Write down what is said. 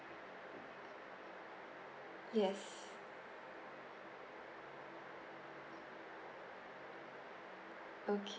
yes okay